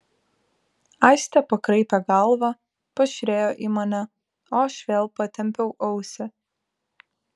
aistė pakraipė galvą pažiūrėjo į mane o aš vėl patempiau ausį